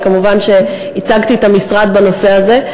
וכמובן ייצגתי את המשרד בנושא הזה.